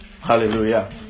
Hallelujah